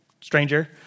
stranger